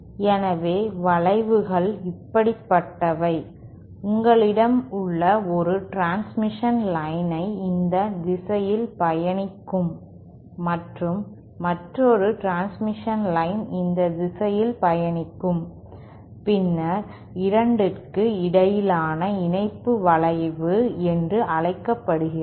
எனவே வளைவுகள் இப்படிப்பட்டவை உங்களிடம் உள்ள ஒரு டிரான்ஸ்மிஷன் லைன் இந்த திசையில் பயணிக்கும் மற்றும் மற்றொறு டிரான்ஸ்மிஷன் லைன் இந்த திசையில் பயணிக்கும் பின்னர் 2 க்கு இடையிலான இணைப்பு வளைவு என்று அழைக்கப்படுகிறது